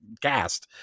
cast